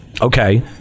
Okay